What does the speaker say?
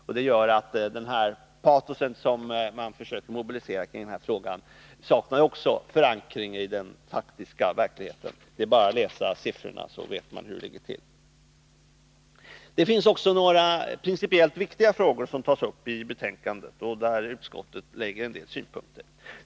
Detta gör att det patos man försöker mobilisera i den här frågan saknar grund i verkligheten. Det är bara att studera siffrorna, så vet man hur det ligger till. Det finns också några principiellt viktiga frågor som tas upp i betänkandet och där utskottet anlägger en del synpunkter.